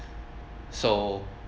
so